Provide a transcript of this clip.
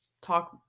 talk